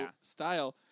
style